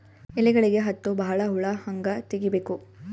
ಎಲೆಗಳಿಗೆ ಹತ್ತೋ ಬಹಳ ಹುಳ ಹಂಗ ತೆಗೀಬೆಕು?